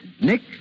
Nick